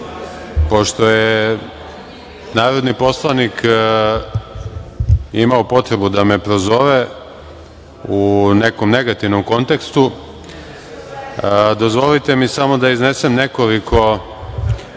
pošto je narodni poslanik imao potrebu da me prozove u nekom negativnom kontekstu, dozvolite mi samo da iznesem nekoliko